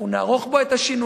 אנחנו נערוך בו את השינויים.